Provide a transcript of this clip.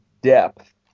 depth